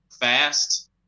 fast